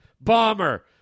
bomber